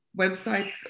websites